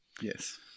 Yes